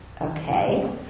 Okay